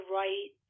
right